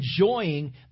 enjoying